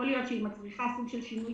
יכול להיות שהיא מצריכה סוג של שינוי